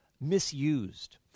misused